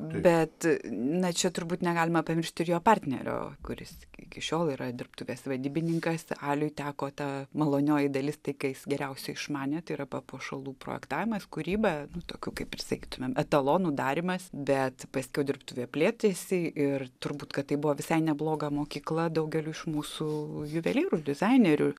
bet na čia turbūt negalima pamiršti ir jo partnerio kuris iki šiol yra dirbtuvės vadybininką aliui teko ta malonioji dalis tai ką jis geriausiai išmanė tai yra papuošalų projektavimas kūryba nu tokių kaip prisegtumėm etalonų darymas bet paskiau dirbtuvė plėtėsi ir turbūt kad tai buvo visai nebloga mokykla daugeliui iš mūsų juvelyrų dizainerių